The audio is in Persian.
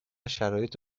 شرایط